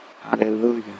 Hallelujah